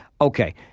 okay